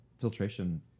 filtration